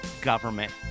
government